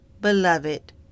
beloved